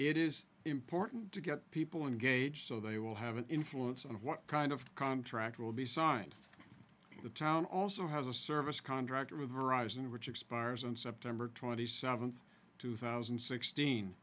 it is important to get people engaged so they will have an influence on what kind of contract will be signed in the town also has a service contract with horizon which expires on september twenty seventh two thousand and sixteen